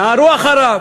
נהרו אחריו.